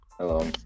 Hello